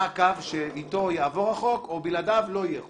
מה הקו שאתו יעבור החוק, או בלעדיו לא יהיה חוק.